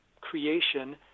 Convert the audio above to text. creation